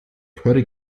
curry